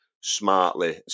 smartly